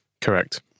correct